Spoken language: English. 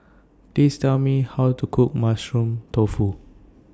Please Tell Me How to Cook Mushroom Tofu